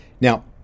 Now